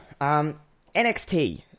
NXT